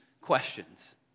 questions